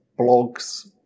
blogs